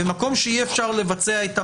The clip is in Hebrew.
במקום שאי אפשר לבצע את המהלך,